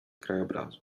krajobrazu